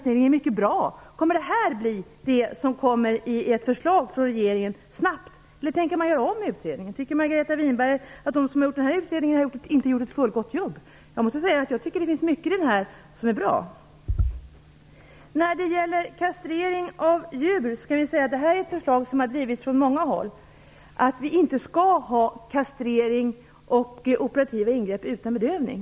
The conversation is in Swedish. Min följdfråga blir: Kommer dessa förslag snabbt att läggas fram av regeringen eller tänker man göra om utredningen? Anser Margareta Winberg att de som gjort den här utredningen inte har gjort ett fullgott jobb? Jag anser som sagt att det finns mycket i det här betänkandet som är bra. Från många håll har hävdats att kastrering och andra operativa ingrepp på djur inte får ske utan bedövning.